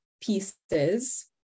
pieces